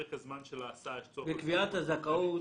בפרק הזמן של ההסעה יש צורך בטיפול פולשני.